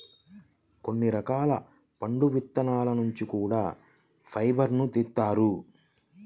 కొన్ని రకాల పండు విత్తనాల నుంచి కూడా ఫైబర్ను తీత్తారు